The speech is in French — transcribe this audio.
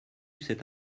cette